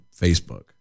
Facebook